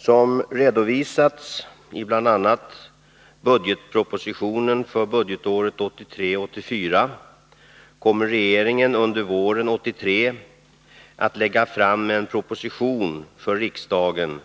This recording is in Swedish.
Som redovisats i bl.a. budgetpropositionen för budgetåret 1983/84 kommer regeringen under våren 1983 att lägga fram en proposition för riksdagen